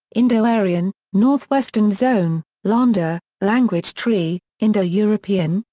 indo-aryan, northwestern zone, lahnda language tree indo-european,